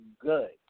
good